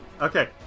Okay